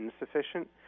insufficient